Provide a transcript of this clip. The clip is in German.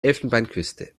elfenbeinküste